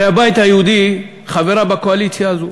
הרי הבית היהודי חברה בקואליציה הזאת